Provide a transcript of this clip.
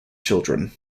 children